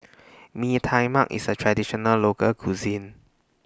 Mee Tai Mak IS A Traditional Local Cuisine